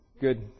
good